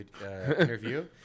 interview